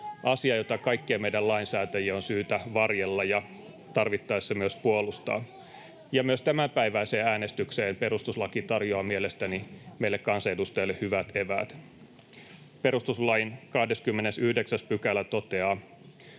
asia, jota kaikkien meidän lainsäätäjien on syytä varjella ja tarvittaessa myös puolustaa. Myös tämänpäiväiseen äänestykseen perustuslaki tarjoaa mielestäni meille kansanedustajille hyvät eväät. Perustuslain 29 § toteaa: